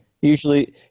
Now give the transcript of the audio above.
usually